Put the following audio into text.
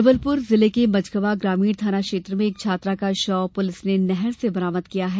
जबलपुर जिले के मझगवाँ ग्रामीण थाना क्षेत्र में एक छात्रा का शव पुलिस ने नहर के पानी से बरामद किया है